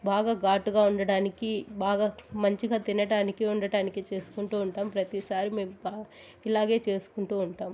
బాగా ఘాటుగా ఉండటానికి బాగా మంచిగా తినటానికి ఉండటానికి చేసుకుంటు ఉంటాం ప్రతీసారి మేము బా ఇలాగే చేసుకుంటు ఉంటాం